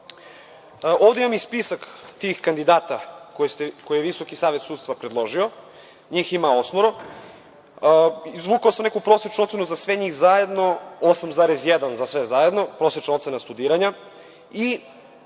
imam i spisak tih kandidata koje je Visoki savet sudstva predložio i njih ima osmoro. Izvukao sam neku prosečnu ocenu za sve njih zajedno, 8,1 za sve zajedno, to je prosečna ocena studiranja